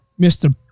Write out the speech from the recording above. Mr